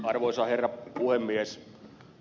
arvoisa herra puhemies